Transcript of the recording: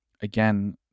again